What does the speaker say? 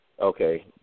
Okay